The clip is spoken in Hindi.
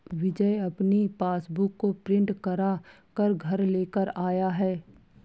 विजय अपनी पासबुक को प्रिंट करा कर घर लेकर आया है